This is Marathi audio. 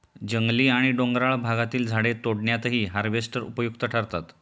जंगली आणि डोंगराळ भागातील झाडे तोडण्यातही हार्वेस्टर उपयुक्त ठरतात